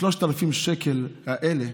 ה-3,000 שקל האלה